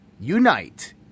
unite